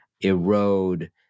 erode